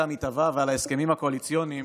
המתהווה ועל ההסכמים הקואליציוניים,